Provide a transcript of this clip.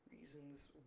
Reasons